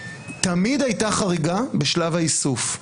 תמיד הייתה חריגה בשלב האיסוף.